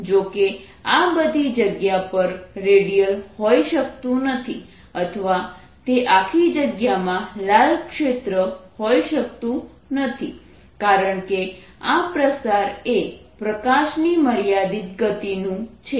જો કે આ બધી જગ્યા પર રેડિયલ હોઈ શકતું નથી અથવા તે આખી જગ્યામાં લાલ ક્ષેત્ર હોઈ શકતું નથી કારણકે આ પ્રસાર એ પ્રકાશની મર્યાદિત ગતિનું છે